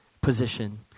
position